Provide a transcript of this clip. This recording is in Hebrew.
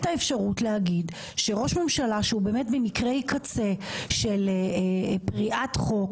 האפשרות להגיד שראש ממשלה שהוא באמת במקרי קצה של פריעת חוק